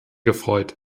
gefreut